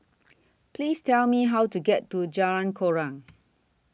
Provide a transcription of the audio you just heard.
Please Tell Me How to get to Jalan Koran